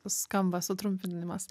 skamba sutrumpinimas